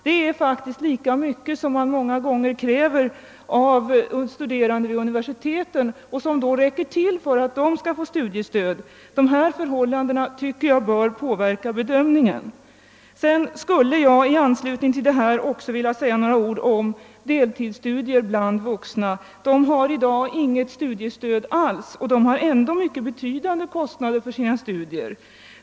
Detta är lika mycket som man många gånger kräver av studerande vid universiteten och som räcker för att de skall få studiestöd. Dessa förhållanden anser jag bör påverka bedömningen. I anslutning härtill vill jag säga några ord om deltidsstuderande vuxna. Dessa har i dag inget studiestöd alls, och de har ändå mycket betydande kostnader för sina studier.